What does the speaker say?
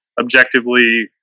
objectively